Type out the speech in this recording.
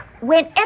Whenever